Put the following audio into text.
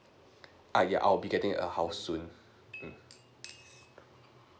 err yeah I'll be getting a house soon mm